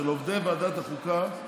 של עובדי ועדת החוקה,